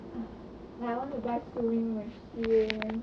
like I want to buy sewing machine